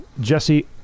Jesse